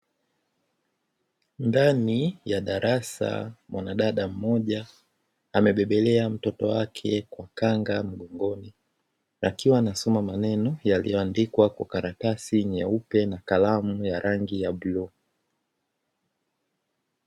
Ndani ya darasa mwanadada mmoja amebebelea mtoto wake kwa kanga mgongoni, akiwa anasoma maneno yaliyoandikwa kwa karatasi nyeupe na kalamu ya rangi ya bluu.